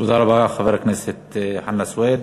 תודה רבה, חבר הכנסת חנא סוייד.